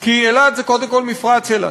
כי אילת זה קודם כול מפרץ אילת,